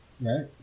right